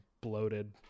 bloated